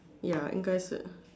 ya 应开始